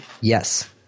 Yes